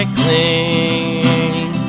cling